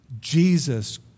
Jesus